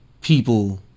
people